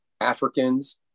Africans